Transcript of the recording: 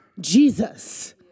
Jesus